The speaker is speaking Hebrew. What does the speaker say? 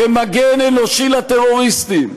כמגן אנושי לטרוריסטים,